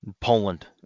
poland